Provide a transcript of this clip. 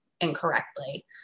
incorrectly